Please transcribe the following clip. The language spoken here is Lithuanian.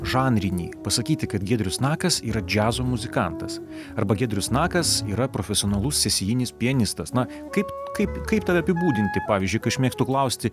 žanrinį pasakyti kad giedrius nakas yra džiazo muzikantas arba giedrius nakas yra profesionalus sesijinis pianistas na kaip kaip kaip tave apibūdinti pavyzdžiui kai aš mėgstu klausti